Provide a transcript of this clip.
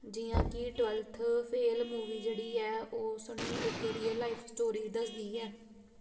जियां कि twelfth fail movie जेह्ड़ी ऐ ओह् साह्नू इक रेयल लाईफ स्टोरी दसदी ऐ